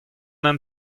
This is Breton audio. hent